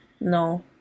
No